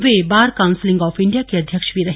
way bar council of India के अध्यक्ष भी रहे